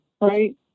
right